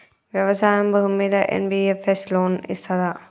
వ్యవసాయం భూమ్మీద NBFS loan ఇస్తదా?